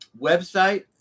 website